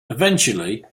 eventually